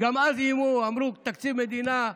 איימו ואמרו: תקציב מדינה.